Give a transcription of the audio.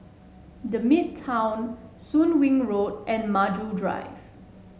The Midtown Soon Wing Road and Maju Drive